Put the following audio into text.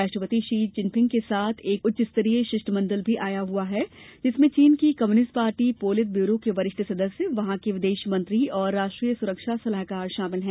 राष्ट्रपति Xi Jinping के साथ एक उच्चस्तरीय शिष्टमंडल भी आया हुआ है जिसमें चीन की कम्युनिस्ट पार्टी पोलित ब्यूरो के वरिष्ठ सदस्य वहां के विदेश मंत्री और राष्ट्रीय सुरक्षा सलाहकार शामिल हैं